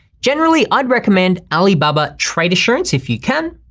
generally i'd recommend alibaba trade assurance, if you can,